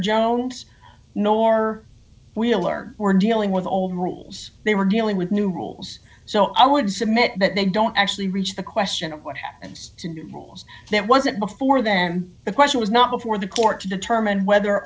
jones nor wheeler were dealing with the old rules they were dealing with new rules so i would submit that they don't actually reach the question of what happens to those that wasn't before then the question was not before the court to determine whether